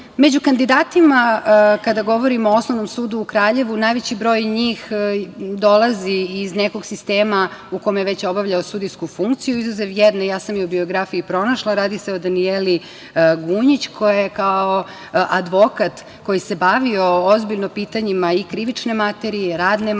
broj.Među kandidatima, kada govorimo o Osnovnom sudu u Kraljevu, najveći broj njih dolazi iz nekog sistema u kom je već obavljao sudijsku funkciju, izuzev jedne, ja sam u biografiji pronašla, radi se o Danijeli Gunjić, koja je kao advokat koji se bavio ozbiljno pitanjima krivične materije, radne materije,